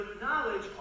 knowledge